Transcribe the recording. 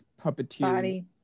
puppeteer